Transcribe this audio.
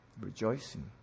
Rejoicing